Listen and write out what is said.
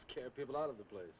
scared people out of the place